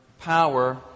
power